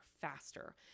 faster